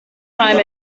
time